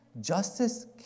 justice